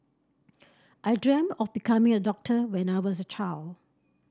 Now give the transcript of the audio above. I dreamt of becoming a doctor when I was a child